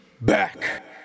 back